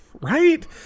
right